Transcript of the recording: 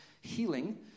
healing